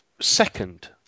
second